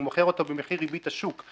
הוא מוכר אותו במחיר ריבית השוק,